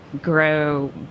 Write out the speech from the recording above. grow